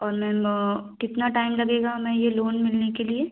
और मैम कितना टाइम लगेगा हमें ये लोन मिलने के लिए